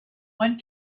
one